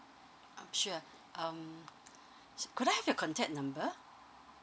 um sure um could I have your contact number